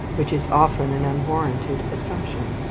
which is often an unwarranted assumption.